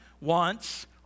wants